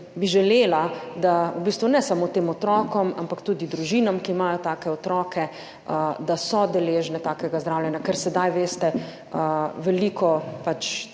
bi želela, da v bistvu ne samo tem otrokom, ampak tudi družinam, ki imajo take otroke, da so deležne takega zdravljenja, ker sedaj veste, veliko pač